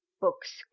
books